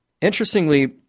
Interestingly